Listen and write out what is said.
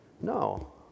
No